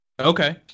Okay